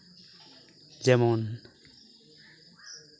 ᱡᱮᱢᱚᱱ